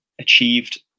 achieved